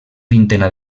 vintena